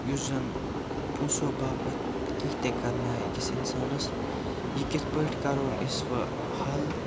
یُس زَن پونٛسو باپَتھ کینٛہہ تہِ کَرنایہٕ أکِس اِنسانَس یہٕ کِتھ پٲٹھۍ کَرہون أسۍ وۄنۍ حَل